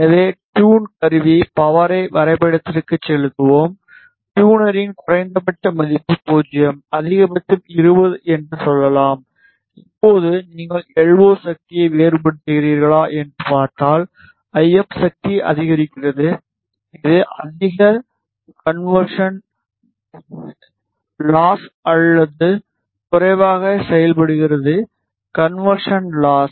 எனவே டியூன் கருவி பவரை வரைபடத்திற்குச் செலுத்துவோம் ட்யூனரின் குறைந்தபட்ச மதிப்பு 0 அதிகபட்சம் 20 என்று சொல்லலாம் இப்போது நீங்கள் LO சக்தியை வேறுபடுத்துகிறீர்களா என்று பார்த்தால் IF சக்தி அதிகரிக்கிறது இது அதிக கன்வெர்சன் கெய்னை அல்லது குறைவாக செயல்படுத்துகிறது கன்வெர்சன் லாஸ்